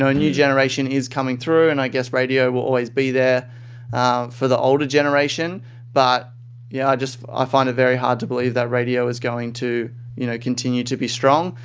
new generation is coming through and i guess radio will always be there for the older generation but yeah i find it very hard to believe that radio is going to you know continue to be strong.